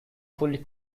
fully